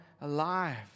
alive